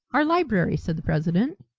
our library, said the president,